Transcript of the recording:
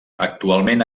actualment